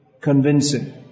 convincing